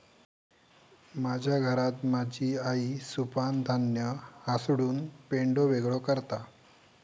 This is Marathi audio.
माझ्या घरात माझी आई सुपानं धान्य हासडून पेंढो वेगळो करता